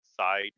side